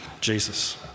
Jesus